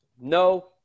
No